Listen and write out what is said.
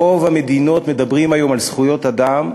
ברוב המדינות מדברים היום על זכויות אדם,